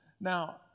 Now